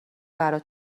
برا